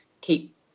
Keep